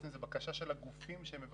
בעצם זאת בקשה של הגופים שמבקשים?